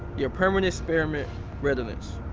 you know permanent experiment regiments.